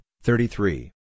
thirty-three